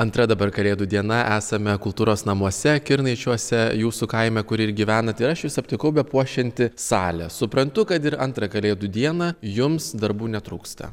antra dabar kalėdų diena esame kultūros namuose kirnaičiuose jūsų kaime kur ir gyvenat ir aš jus aptikau bepuošiantį salę suprantu kad ir antrą kalėdų dieną jums darbų netrūksta